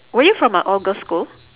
were you from a all girls' school